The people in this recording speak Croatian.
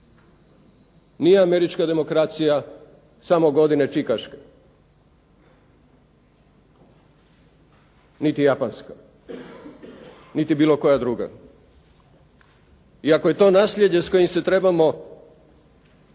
Nije američka demokracija samo godine čikaške, niti japanska, niti bilo koja druga. I ako je to naslijeđe s kojim se trebamo